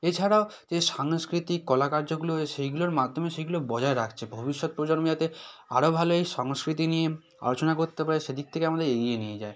এছাড়াও যে সাংস্কৃতিক কলা কার্যগুলো সেইগুলোর মাধ্যমে সেইগুলো বজায় রাখছে ভবিষ্যৎ প্রজন্মেতে আরও ভালো এই সংস্কৃতি নিয়ে আলোচনা করতে পারে সেদিক থেকে আমাদের এগিয়ে নিয়ে যায়